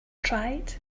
tried